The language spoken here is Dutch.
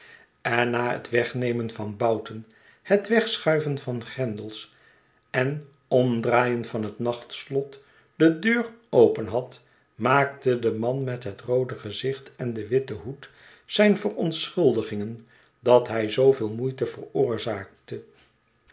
en na het wegnemen van bouten het wegschuiven van grendels en omdraaien van het nachtslot de deur open had maakte de man met het roode gezicht en den witten hoed zijn verontschuldigingen dat hij zooveel moeite veroorzaakte